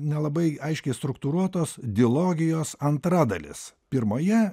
nelabai aiškiai struktūruotos dilogijos antra dalis pirmoje